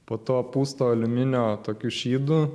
po to pūsto aliuminio tokiu šydu